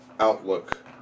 Outlook